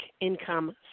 income